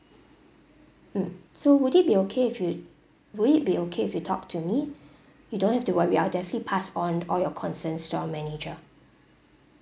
mm so would it be okay if you would would it be okay if you talk to me you don't have to worry I will definitely pass on all your concerns to our manager